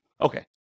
Okay